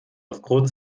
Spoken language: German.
aufgrund